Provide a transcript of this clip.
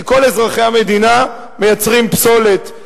כי כל אזרחי המדינה מייצרים פסולת.